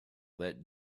that